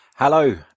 Hello